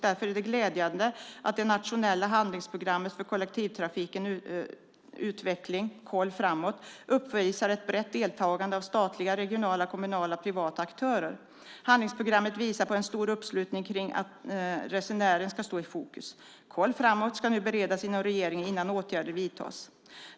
Därför är det glädjande att det nationella handlingsprogrammet för kollektivtrafikens utveckling, Koll framåt, uppvisar ett brett deltagande av statliga, regionala, kommunala och privata aktörer. Handlingsprogrammet visar på en stor uppslutning kring att resenären ska stå i fokus. Koll framåt ska nu beredas inom regeringen innan åtgärder vidtas.